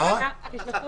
בשעה